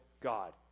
god